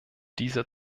dieser